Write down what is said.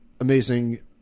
amazing